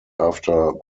after